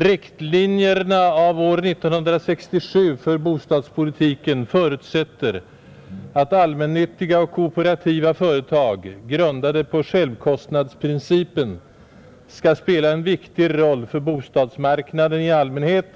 Riktlinjerna av år 1967 för bostadspolitiken förutsätter att allmännyttiga och kooperativa företag, grundade på självkostnadsprincipen, skall spela en viktig roll för bostadsmarknaden i allmänhet